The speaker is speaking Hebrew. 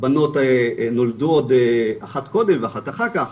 הבנות נולדו עוד באחת קודם ואחת אחר כך